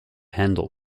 handel